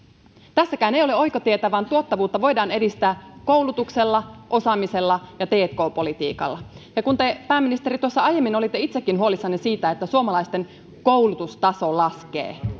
tässäkään ei ole oikotietä vaan tuottavuutta voidaan edistää koulutuksella osaamisella ja tk politiikalla ja kun te pääministeri tuossa aiemmin olitte itsekin huolissanne siitä että suomalaisten koulutustaso laskee